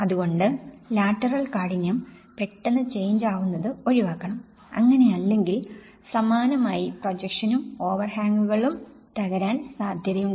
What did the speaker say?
അതുകൊണ്ട് ലാറ്ററൽ കാഠിന്യംപെട്ടെന്ന് ചേഞ്ച് ആവുന്നത് ഒഴിവാക്കണം അങ്ങനെയല്ലെങ്കിൽ സമാനമായി പ്രൊജക്ഷനും ഓവർഹാംഗുകളും തകരാൻ സാധ്യതയുണ്ട്